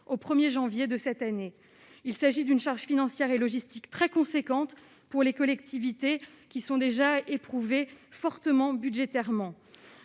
au 1er janvier de cette année, il s'agit d'une charge financière et logistique très conséquente pour les collectivités qui sont déjà éprouvée fortement budgétairement,